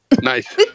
Nice